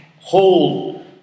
hold